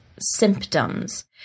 symptoms